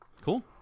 cool